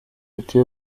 ati